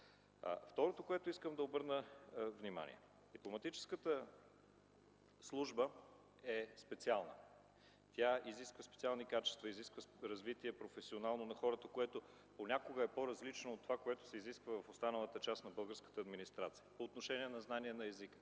Второто, на което искам да обърна внимание – Дипломатическата служба е специална. Тя изисква специални качества, изисква професионално развитие на хората, което понякога е по-различно от това, което се изисква в останалата част на българската администрация по отношение на знания на езика,